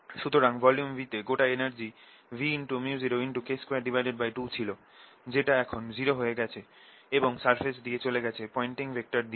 সুতরাং volume V তে গোটা এনার্জি Vµ0K22 ছিল যেটা এখন 0 হয়ে গেছে এবং সারফেস দিয়ে চলে গেছে পয়েন্টিং ভেক্টর দিয়ে